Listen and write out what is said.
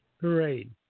parade